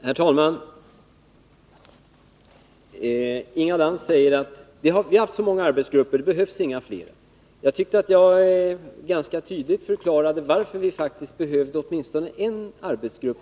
Herr talman! Inga Lantz säger att vi haft så mänga arbetsgrupper att det inte behövs några fler. Men jag förklarade ganska tydligt varför vi faktiskt behöver åtminstone ytterligare en arbetsgrupp.